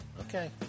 Okay